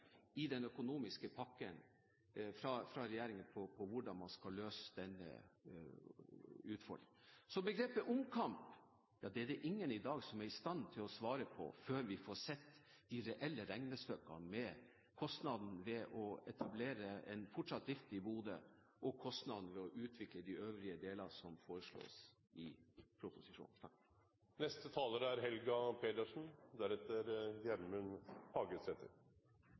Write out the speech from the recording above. i den økonomiske pakken fra regjeringen til å løse den utfordringen. Så spørsmålet om omkamp er det ingen i dag som er i stand til å svare på før vi får sett de reelle regnestykkene med kostnaden ved å etablere en fortsatt drift i Bodø og kostnaden ved å utvikle de øvrige delene som foreslås i proposisjonen.